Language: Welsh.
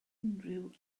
unrhyw